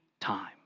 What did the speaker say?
time